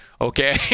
Okay